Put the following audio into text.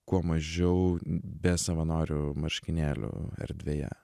kuo mažiau be savanorių marškinėlių erdvėje